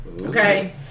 Okay